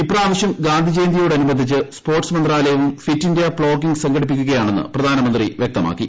ഇപ്രാവശൃർ ഗാന്ധിജയന്തിയോടനുബന്ധിച്ച് സ്പോട്സ് മന്ത്രാലയവും fit India plogging സംഘടിപ്പിക്കുകയാണെന്ന് പ്രധാനമന്ത്രി വൃക്തമാക്കി